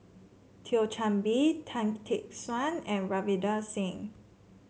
Thio Chan Bee Tan Tee Suan and Ravinder Singh